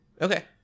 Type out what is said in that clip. Okay